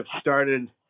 started